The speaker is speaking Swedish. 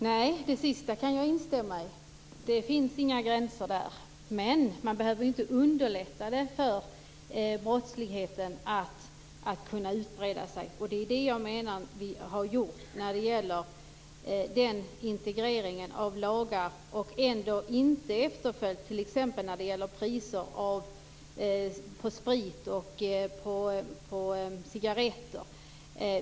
Herr talman! Nej, det sista kan jag instämma i. Det finns inga gränser där. Men man behöver inte underlätta för brottsligheten att utbreda sig. Det är det jag menar att vi har gjort med den här integreringen av lagar. Ändå har vi inte följt efter när det gäller t.ex. priser på sprit och cigaretter.